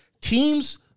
teams